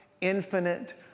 infinite